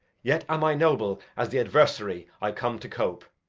yet am i noble as the adversary i come to cope.